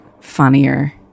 funnier